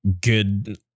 good